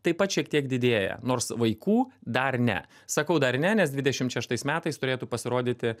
taip pat šiek tiek didėja nors vaikų dar ne sakau dar ne nes dvidešimt šeštais metais turėtų pasirodyti